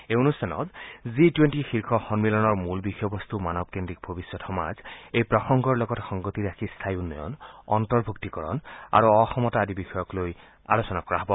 এই অনুষ্ঠানত G twenty শীৰ্য সন্মিলনৰ মূল বিষয়বস্ত মানৱকেন্দ্ৰিক ভৱিষ্যৎ সমাজ এই প্ৰসংগৰ লগত সংগতি ৰাখি স্থায়ী উন্নয়ন অন্তৰ্ভুক্তিকৰণ আৰু অসমতা আদি বিষয় লৈ আলোচনা কৰা হ'ব